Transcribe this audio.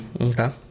Okay